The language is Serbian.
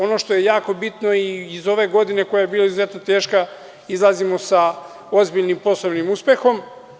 Ono što je jako bitno i iz ove godine koja je bila izuzetno teška izlazimo sa ozbiljnim poslovnim uspehom.